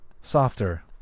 softer